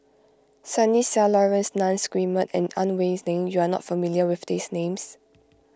Sunny Sia Laurence Nunns Guillemard and Ang Wei Neng you are not familiar with these names